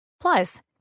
Plus